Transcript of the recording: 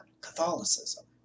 Catholicism